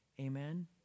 Amen